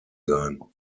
sein